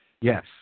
Yes